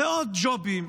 זה עוד ג'ובים,